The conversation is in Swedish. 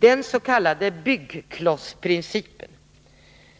Den s.k. ”byggklossprincipen”,